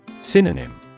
Synonym